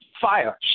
fire